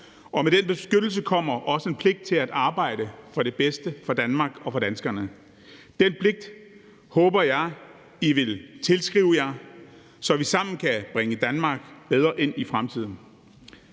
Med den beskyttelse kommer også en pligt til at arbejde for det bedste for Danmark og for danskerne. Den pligt håber jeg at I vil tilskrive jer, så vi sammen kan bringe Danmark bedre ind i fremtiden.